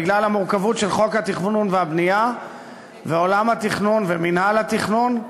בגלל המורכבות של חוק התכנון והבנייה ועולם התכנון ומינהל התכנון.